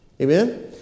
Amen